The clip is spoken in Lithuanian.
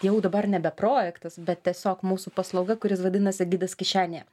jau dabar nebe projektas bet tiesiog mūsų paslauga kuris vadinasi gidas kišenėje